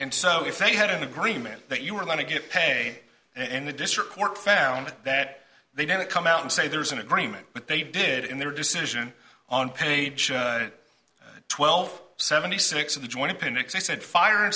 and so if they had an agreement that you were going to get pay in the district court found that they didn't come out and say there's an agreement but they did in their decision on page twelve seventy six